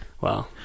Wow